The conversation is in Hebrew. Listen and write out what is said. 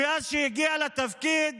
שמאז שהגיע לתפקיד